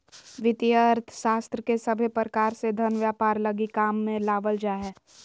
वित्तीय अर्थशास्त्र के सभे प्रकार से धन व्यापार लगी काम मे लावल जा हय